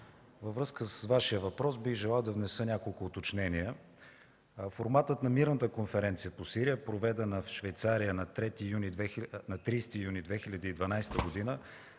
във връзка с Вашия въпрос бих желал да внеса няколко уточнения. Форматът на мирната конференция по Сирия, проведен в Швейцария на 30 юни 2012 г.,